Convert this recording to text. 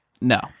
No